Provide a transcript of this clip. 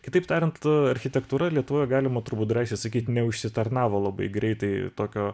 kitaip tariant architektūra lietuvoje galima turbūt drąsiai sakyti neužsitarnavo labai greitai tokio